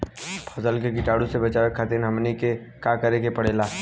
फसल के कीटाणु से बचावे खातिर हमनी के का करे के पड़ेला?